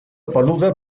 peluda